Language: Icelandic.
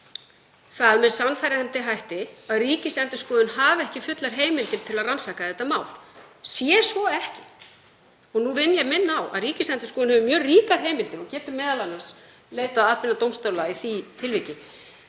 það með sannfærandi hætti að Ríkisendurskoðun hafi ekki fullar heimildir til að rannsaka þetta mál. Sé svo ekki, og nú vil ég minna á að Ríkisendurskoðun hefur mjög ríkar heimildir og getur m.a. leitað atbeina dómstóla í því tilviki,